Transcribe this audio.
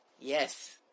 Yes